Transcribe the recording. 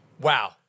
wow